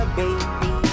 baby